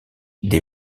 des